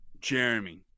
jeremy